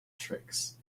tricks